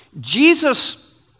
Jesus